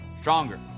stronger